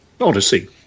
Odyssey